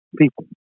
people